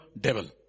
devil